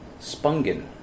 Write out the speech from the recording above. Spungen